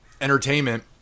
entertainment